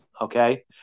okay